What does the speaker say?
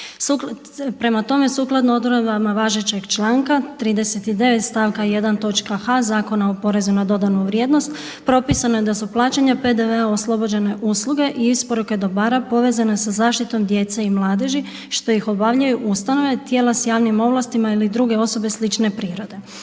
Prema tome, sukladno odredbama važećeg članka 39. stavka 1. točka h, Zakona o porezu na dodanu vrijednost propisano je da su plaćanja PDV-a oslobođene usluge i isporuke dobara povezane sa zaštitom djece i mladeži što ih obavljaju ustanove, tijela s javnim ovlastima ili druge osobe slične prirode.